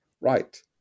right